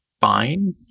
fine